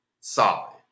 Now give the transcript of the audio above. solid